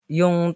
yung